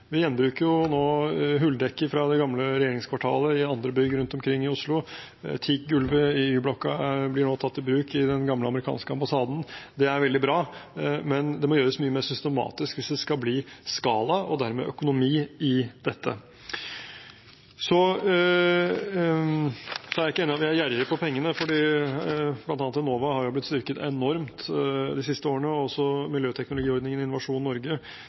rundt omkring i Oslo. Teakgulvet i Y-blokka blir nå tatt i bruk i den gamle amerikanske ambassaden. Det er veldig bra. Men det må gjøres mye mer systematisk hvis det skal bli skala og dermed økonomi i dette. Jeg er ikke enig i at vi er gjerrige på pengene. Blant annet har Enova blitt styrket enormt de siste årene, og også miljøteknologiordningen og Innovasjon Norge.